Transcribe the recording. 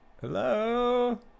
Hello